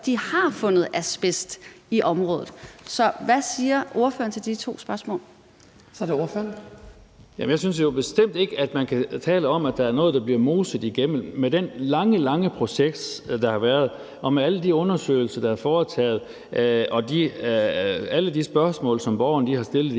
(Hans Kristian Skibby): Så er det ordføreren. Kl. 18:43 Per Larsen (KF): Jamen jeg synes jo bestemt ikke, at man kan tale om, at der er noget, der bliver moset igennem. Med den lange, lange proces, der har været, med alle de undersøgelser, der er foretaget, og med alle de spørgsmål, som borgerne har stillet